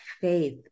faith